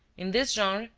in this genre,